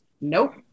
Nope